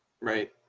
Right